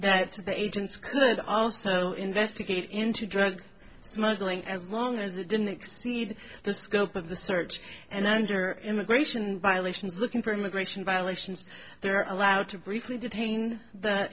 that the agents could also investigate into drug smuggling as long as it didn't exceed the scope of the search and under immigration violations looking for immigration violations there are allowed to briefly detained th